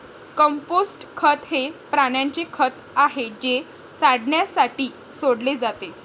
compost खत हे प्राण्यांचे खत आहे जे सडण्यासाठी सोडले जाते